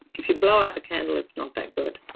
if you blow out the candle, it's not that good.